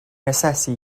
asesu